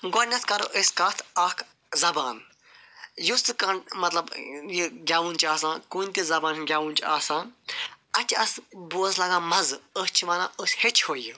گۄڈٕ نیٚتھ کرو أسۍ کَتھ اَکھ زبان یُس تہِ کانٛہہ مطلب یہ گیٚوُن چھُ آسان کُنہِ تہِ زبانہِ ہنٛد گیٚوُن چھُ آسان اَتھ چھُ اسہِ بوزنَس لگان مزٕ أسۍ چھِ ونان أسۍ ہیٚچھُو یہِ